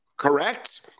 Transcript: correct